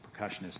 percussionist